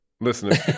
listening